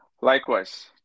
Likewise